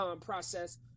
process